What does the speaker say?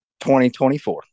2024